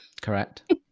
Correct